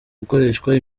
gukoreshwa